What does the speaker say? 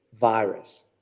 virus